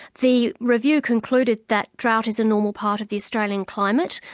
the review concluded that drought is a normal part of the australian climate,